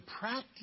practice